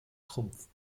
trumpf